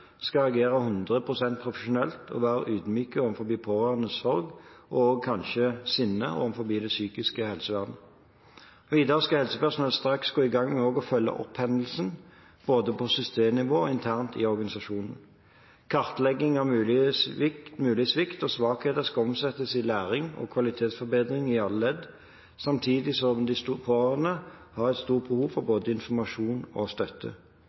skal agere 100 pst. profesjonelt og være ydmyke overfor pårørendes sorg og også kanskje sinne overfor det psykiske helsevernet. Videre skal helsepersonell straks gå i gang med å følge opp hendelsen, både på systemnivå og internt i organisasjonen. Kartlegging av mulig svikt og svakheter skal omsettes i læring og kvalitetsforbedring i alle ledd, samtidig som de pårørende har et stort behov for både informasjon og støtte.